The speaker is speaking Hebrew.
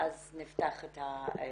ואז נפתח את הדיון.